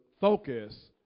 focus